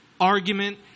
argument